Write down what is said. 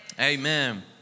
Amen